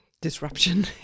disruption